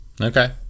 Okay